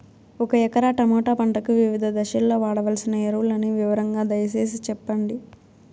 ఒక ఎకరా టమోటా పంటకు వివిధ దశల్లో వాడవలసిన ఎరువులని వివరంగా దయ సేసి చెప్పండి?